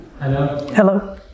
Hello